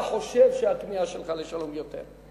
אתה חושב שהכמיהה שלך לשלום גדולה יותר.